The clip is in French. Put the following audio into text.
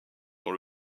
dans